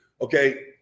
okay